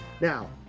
Now